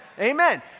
Amen